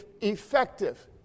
effective